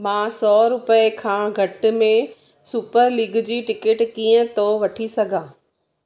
मां सौ रुपये खां घटि में सुपर लीग जी टिकिट कीअं थो वठी सघा